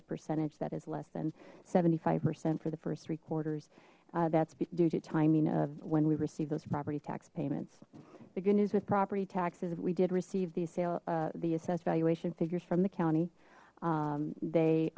a percentage that is less than seventy five percent for the first three quarters that's due to timing of when we receive those property tax payments the good news with property taxes we did receive the sale the assessed valuation figures from the county they